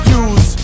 use